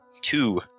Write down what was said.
Two